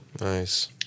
Nice